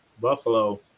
buffalo